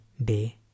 Day